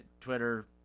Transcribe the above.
Twitter